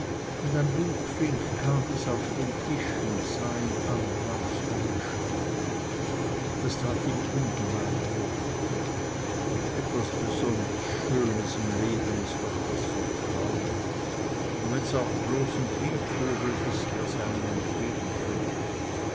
und ein buchfink kam bis auf den tisch und sah ihn an ganz ohne scheu das tat ihm ungemein wohl etwas ganz besonders schönes im leben ist doch das vertrauen und wenn's auch bloß ein piepvogel is der's einem entgegenbringt